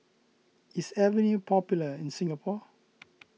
is Avene popular in Singapore